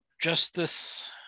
justice